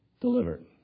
delivered